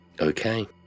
Okay